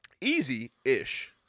Easy-ish